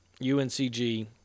UNCG